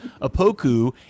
Apoku